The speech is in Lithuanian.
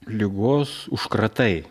ligos užkratai